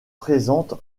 présente